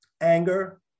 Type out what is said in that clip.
anger